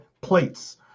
Plates